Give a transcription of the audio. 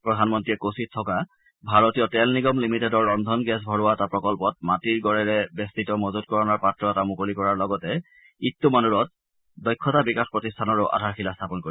প্ৰধানমন্ত্ৰীয়ে কোচীত থকা ভাৰতীয় তেল নিগম লিমিটেডৰ ৰন্ধন গেছ ভৰোৱা এটা প্ৰকল্পত মাটিৰ গড়েৰে বেষ্টিত মজুতকৰণ পাত্ৰ এটা মুকলি কৰাৰ লগতে ইটুমানুৰত দক্ষতা বিকাশ প্ৰতিষ্ঠানৰো আধাৰশিলা স্থাপন কৰিব